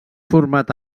format